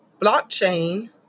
Blockchain